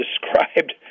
described